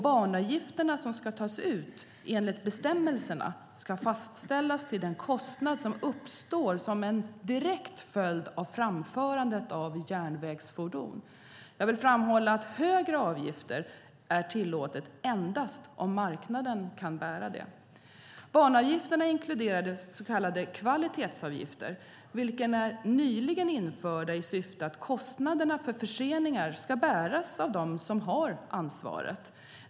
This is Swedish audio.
Banavgifterna som ska tas ut enligt bestämmelserna ska fastställas till den kostnad som uppstår som en direkt följd av framförande av järnvägsfordon. Jag vill framhålla att högre avgifter är tillåtet endast om marknaden kan bära dem. Banavgifterna inkluderar så kallade kvalitetsavgifter, vilka är nyligen införda i syfte att kostnaderna för förseningar ska bäras av dem som har ansvaret.